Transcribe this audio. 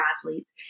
athletes